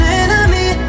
enemy